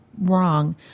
wrong